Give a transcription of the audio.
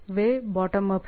वे bottom up हैं